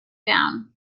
down